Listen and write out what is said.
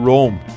Rome